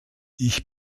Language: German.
ich